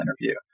interview